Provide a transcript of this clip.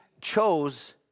chose